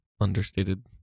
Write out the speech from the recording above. understated